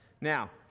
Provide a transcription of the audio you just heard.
now